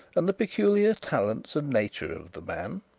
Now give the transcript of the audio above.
and the peculiar talents and nature of the man,